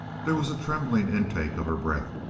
there was a trembling intake of her breath.